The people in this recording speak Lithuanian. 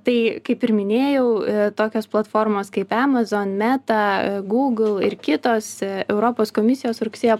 tai kaip ir minėjau tokios platformos kaip emazon meta gūgl ir kitos europos komisijos rugsėjo